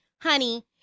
Honey